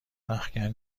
رختکن